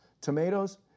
Tomatoes